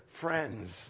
friends